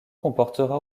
comportera